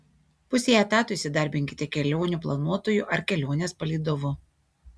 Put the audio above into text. pusei etato įsidarbinkite kelionių planuotoju ar kelionės palydovu